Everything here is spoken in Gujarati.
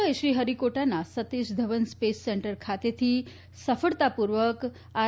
ઈસરોએ શ્રીફરિકોટાના સતીષ ધવન સ્પેસ સેન્ટર ખાતેથી સફળતાપૂર્વક આર